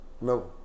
No